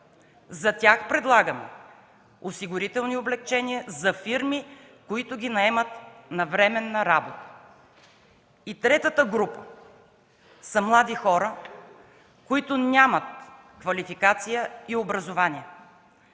За тях предлагаме осигурителни облекчения за фирми, които ги наемат на временна работа. Третата група са млади хора, които нямат квалификация и образование.